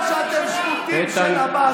בגלל שאתם שפוטים של עבאס,